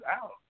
out